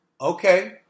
Okay